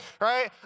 right